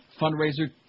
fundraiser